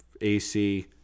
AC